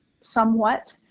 somewhat